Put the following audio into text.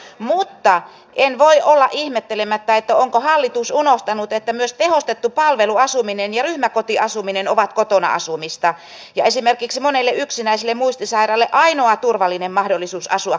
mutta en voi olla ihmettelemättä onko hallitus unohtanut että myös tehostettu palveluasuminen ja ryhmäkotiasuminen ovat kotona asumista ja esimerkiksi monelle yksinäiselle muistisairaalle ainoa turvallinen mahdollisuus asua kodinomaisesti